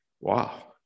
Wow